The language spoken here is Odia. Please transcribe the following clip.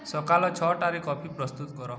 ସକାଳ ଛଅଟାରେ କଫି ପ୍ରସ୍ତୁତ କର